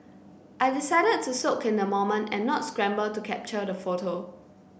I decided to soak in the moment and not scramble to capture the photo